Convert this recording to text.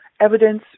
evidence